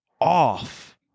off